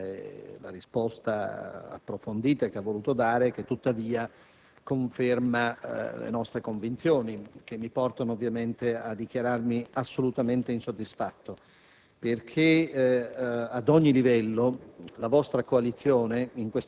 Ringrazio la rappresentante del Governo per la risposta approfondita che ha voluto dare e che, tuttavia, conferma le nostre convinzioni, che mi portano ovviamente a dichiararmi assolutamente insoddisfatto